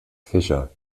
fischer